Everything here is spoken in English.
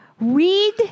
Read